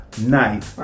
night